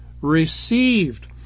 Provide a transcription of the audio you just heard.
Received